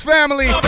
Family